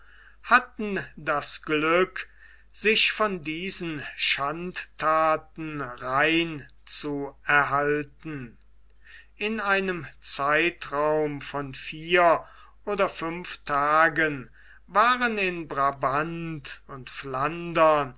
hatten das glück sich von diesen schandthaten rein zu erhalten in einem zeitraum von vier oder fünf tagen waren in brabant und flandern